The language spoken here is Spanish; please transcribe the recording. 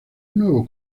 nuevo